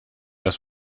das